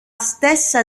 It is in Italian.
stessa